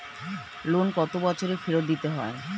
Loan কত বছরে ফেরত দিতে হয়?